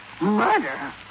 Murder